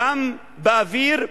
גם באוויר,